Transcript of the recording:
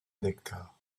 nectar